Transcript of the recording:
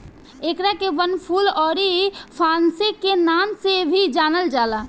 एकरा के वनफूल अउरी पांसे के नाम से भी जानल जाला